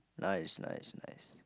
nice nice nice